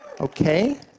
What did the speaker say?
Okay